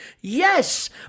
Yes